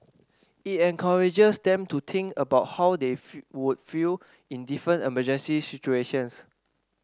it encourages them to think about how they would feel in different emergency situations